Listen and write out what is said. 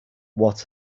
what